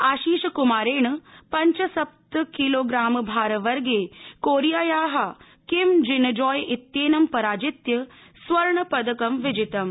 आशीषकुमारेण पव्चसप्ननिकिलो ग्रामभारवर्गे कोरियायाः किम जिनजाए इत्येनं पराजित्य स्वर्ण पदक विजितम्